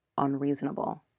unreasonable